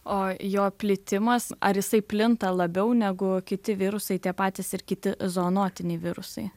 o jo plitimas ar jisai plinta labiau negu kiti virusai tie patys ir kiti zoonotiniai virusai